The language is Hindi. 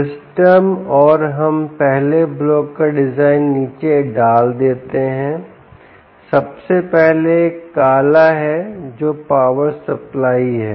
सिस्टम और हम पहले ब्लॉक का डिज़ाइन नीचे डाल देते हैं सबसे पहला काला है जो पावर सप्लाई है